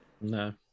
No